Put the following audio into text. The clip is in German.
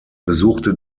besuchte